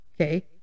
Okay